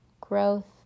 growth